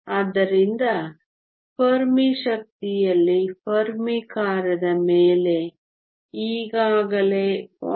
ಆದ್ದರಿಂದ ಫೆರ್ಮಿ ಶಕ್ತಿಯಲ್ಲಿ ಫೆರ್ಮಿ ಕಾರ್ಯದ ಮೇಲೆ ಈಗಾಗಲೇ 0